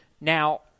Now